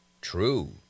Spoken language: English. True